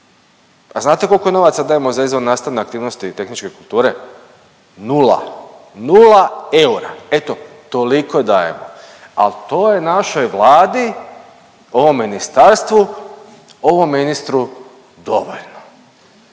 A znate koliko novaca dajemo za izvannastavne aktivnosti i tehničke kulture? Nula, nula eura, eto toliko dajemo, ali to je našoj Vladi ovom ministarstvu ovom ministru dovoljno